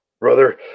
Brother